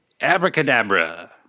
Abracadabra